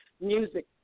music